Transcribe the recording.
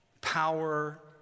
power